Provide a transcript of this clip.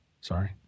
sorry